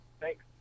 thanks